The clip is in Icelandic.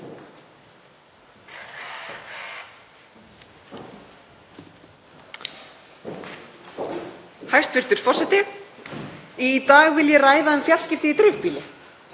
Hæstv. forseti. Í dag vil ég ræða um fjarskipti í dreifbýli.